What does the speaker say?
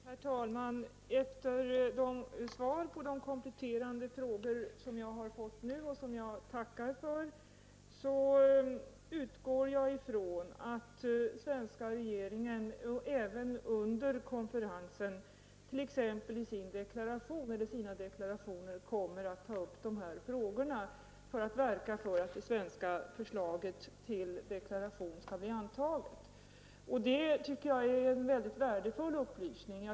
Herr talman! Efter de svar på mina kompletterande frågor som jag nu har fått och som jag tackar för utgår jag från att den svenska regeringen även under konferensen, t.ex. i sina deklarationer, kommer att ta upp dessa frågor för att verka för att det svenska förslaget till deklaration skall antas. Det tycker jag är en värdefull upplysning.